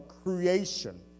creation